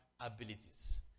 abilities